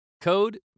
Code